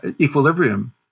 equilibrium